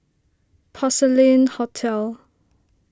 Porcelain Hotel